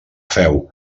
féu